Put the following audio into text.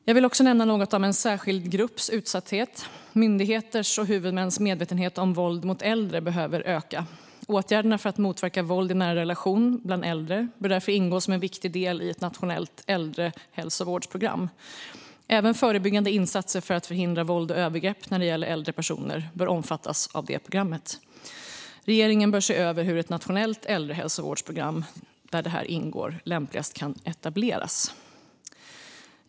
Jag vill också nämna något om en särskild grupps utsatthet. Myndigheters och huvudmäns medvetenhet om våld mot äldre behöver öka. Åtgärderna för att motverka våld i nära relation bland äldre bör därför ingå som en viktig del i ett nationellt äldrehälsovårdsprogram. Även förebyggande insatser för att förhindra våld och övergrepp när det gäller äldre personer bör omfattas av programmet. Regeringen bör se över hur ett nationellt äldrehälsovårdsprogram där detta ingår lämpligast kan etableras.